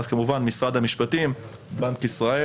אז כמובן, משרד המשפטים, בנק ישראל,